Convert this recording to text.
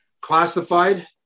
classified